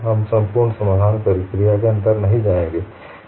हम संपूर्ण समाधान प्रक्रिया के अंदर नहीं जाएंगे